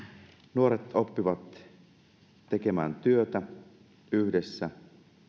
nuoret oppivat tekemään työtä yhdessä